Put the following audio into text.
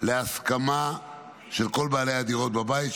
להסכמה של כל בעלי הדירות בבית,